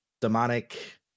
demonic